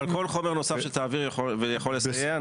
אבל כל חומר נוסף שתעביר ויכול לסייע,